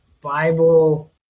Bible